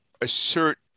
assert